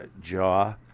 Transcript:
jaw